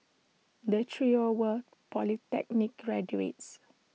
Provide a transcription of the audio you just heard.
the trio were polytechnic graduates